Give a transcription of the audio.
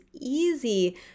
easy